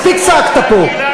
מספיק צעקת פה.